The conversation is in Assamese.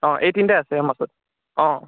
অঁ এই তিনিটাই আছে আমাৰ ওচৰত অঁ